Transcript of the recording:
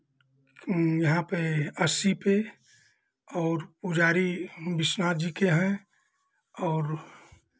यहाँ पे अस्सी पे और पुजारी विश्वनाथ जी के हैं और